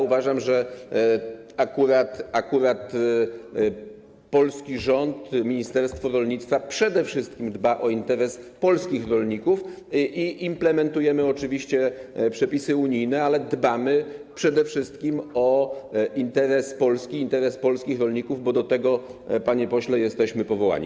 Uważam, że akurat polski rząd, ministerstwo rolnictwa przede wszystkim dba o interes polskich rolników i implementujemy oczywiście przepisy unijne, ale dbamy przede wszystkim o interes Polski, interes polskich rolników, bo do tego, panie pośle, jesteśmy powołani.